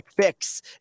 fix